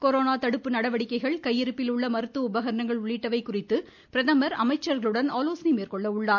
corona தடுப்பு நடவடிக்கைகள் கையிருப்பில் உள்ள மருத்துவ உபகரணங்கள் உள்ளிட்டவை குறித்து பிரதமர் அமைச்சர்களுடன் ஆலோசனை மேற்கொள்ள உள்ளார்